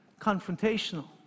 confrontational